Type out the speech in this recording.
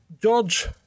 George